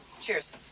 cheers